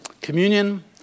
Communion